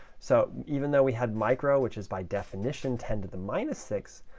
so even though we had micro, which is by definition ten to the minus six,